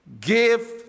give